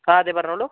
ആ അതെ പറഞ്ഞോളു